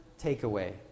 takeaway